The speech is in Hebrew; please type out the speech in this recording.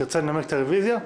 תרצה לנמק את הרביזיה?